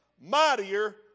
mightier